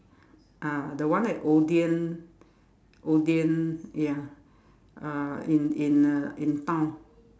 ah the one at Odean Odean ya uh in in uh in town